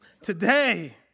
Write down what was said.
Today